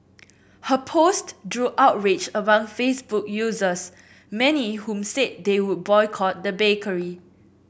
her post drew outrage among Facebook users many whom said they would boycott the bakery